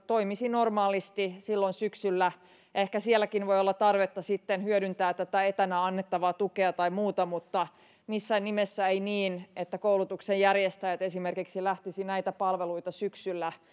toimisi normaalisti silloin syksyllä ehkä sielläkin voi olla tarvetta hyödyntää tätä etänä annettavaa tukea tai muuta mutta missään nimessä ei niin että koulutuksen järjestäjät esimerkiksi lähtisivät näitä palveluita syksyllä